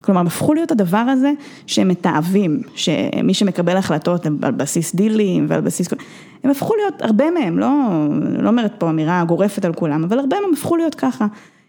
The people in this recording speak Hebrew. כלומר, הם הפכו להיות הדבר הזה, שהם מתעבים, שמי שמקבל החלטות הם על בסיס דילים ועל בסיס כלום, הם הפכו להיות, הרבה מהם, לא אומרת פה אמירה גורפת על כולם, אבל הרבה מהם הפכו להיות ככה.